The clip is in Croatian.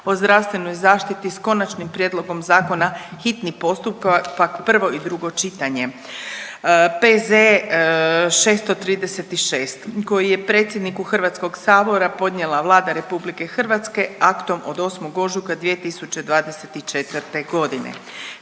o zdravstvenoj zaštiti s konačnim prijedlogom zakona, hitni postupak, prvo i drugo čitanje, P.Z. 636 koji je predsjedniku Hrvatskog sabora podnijela Vlada RH aktom od 8. ožujka 2024. godine.